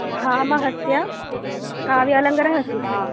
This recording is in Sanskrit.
भामहस्य काव्यालङ्कारः अस्ति वा